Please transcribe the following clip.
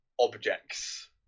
objects